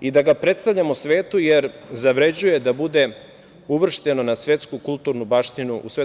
i da ga predstavljamo svetu, jer zavređuje da bude uvršteno u Svetsku kulturnu baštinu UNESKO.